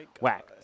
whack